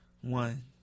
One